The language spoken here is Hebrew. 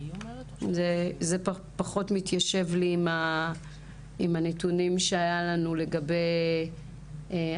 זה פחות מתיישב לי עם הנתונים שהיה לנו לגבי ---.